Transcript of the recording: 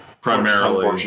primarily